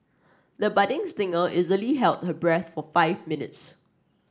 the budding singer easily held her breath for five minutes